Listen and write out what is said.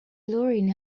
lorraine